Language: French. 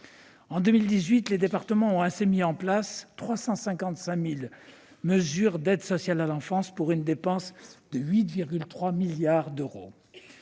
En 2018, les départements ont ainsi mis en place 355 000 mesures d'aide sociale à l'enfance, pour une dépense de 8,3 milliards d'euros.